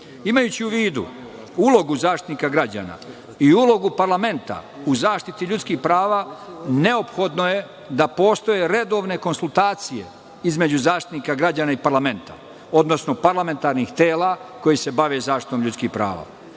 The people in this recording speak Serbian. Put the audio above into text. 23.Imajući u vidu ulogu Zaštitnika građana i ulogu parlamenta u zaštiti ljudskih prava, neophodno je da postoje redovne konsultacije između Zaštitnika građana i parlamenta, odnosno parlamentarnih tela koja se bave zaštitom ljudskih prava.